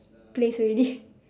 place already